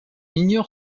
ignore